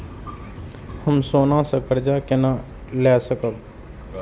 हम सोना से कर्जा केना लाय सकब?